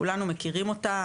כולנו מכירים אותה,